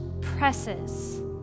presses